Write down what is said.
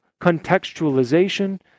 contextualization